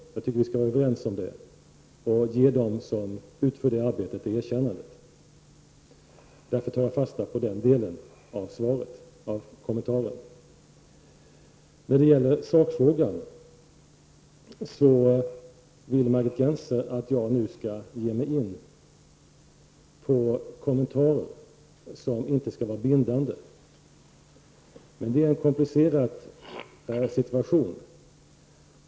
Jag tycker att vi skall vara överens om det och ge dem som utför det arbetet det erkännandet. Därför tar jag fasta på den delen av kommentaren. När det gäller sakfrågan vill Margit Gennser att jag nu skall ge mig in på kommentarer som inte skall vara bindande. Men det är en komplicerad situation.